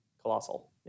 colossal